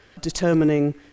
determining